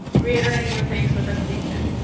reiterating the thanks for the presentation.